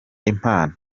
impano